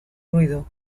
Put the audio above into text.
ruido